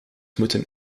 moeten